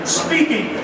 speaking